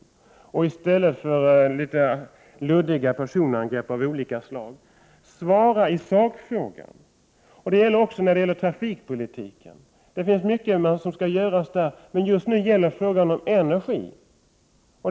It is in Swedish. Svara på sakfrågor i stället för att gå till luddiga personangrepp av olika slag. Inom trafikpolitiken är det mycket som skall göras, men just nu gäller frågan energi.